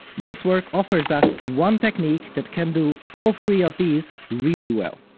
this work offers us one technique that can do all three of these really well.